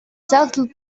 selected